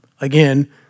again